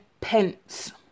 pence